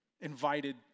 invited